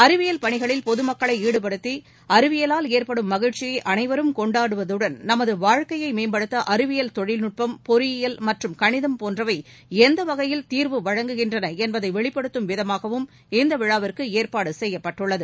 அறிவியல் பணிகளில் பொதமக்களை ஈடுபடுத்தி அறிவியலால் ஏற்படும் மகிழ்ச்சியை அனைவரும் கொண்டாடுவதுடன் நமது வாழ்க்கையை மேம்படுத்த அறிவியல் தொழில்நுட்பம் பொறியியல் மற்றும் கணிதம் போன்றவை எந்த வகையில் தீர்வு வழங்குகின்றன என்பதை வெளிப்படுத்தும் விதமாகவும் இந்த விழாவிற்கு ஏற்பாடு செய்யப்பட்டுள்ளது